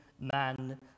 man